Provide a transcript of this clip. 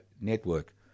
Network